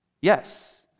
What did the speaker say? Yes